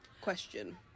question